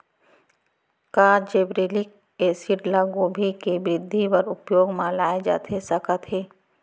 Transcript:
का gibberellic acid ल गोभी के वृद्धि बर उपयोग म लाये जाथे सकत हे?